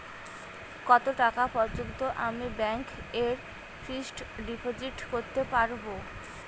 কত টাকা পর্যন্ত আমি ব্যাংক এ ফিক্সড ডিপোজিট করতে পারবো?